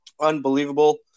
Unbelievable